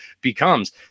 becomes